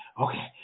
okay